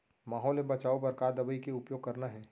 माहो ले बचाओ बर का दवई के उपयोग करना हे?